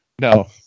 no